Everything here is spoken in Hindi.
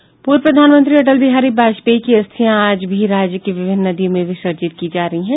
पूर्व प्रधानमंत्री अटल बिहारी वाजपेयी की अस्थियां आज भी राज्य की विभिन्न नदियों में विसर्जित की जा रही हैं